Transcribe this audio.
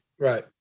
Right